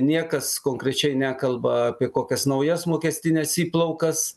niekas konkrečiai nekalba apie kokias naujas mokestines įplaukas